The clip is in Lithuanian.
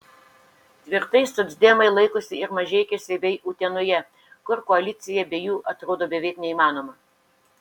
tvirtai socdemai laikosi ir mažeikiuose bei utenoje kur koalicija be jų atrodo beveik neįmanoma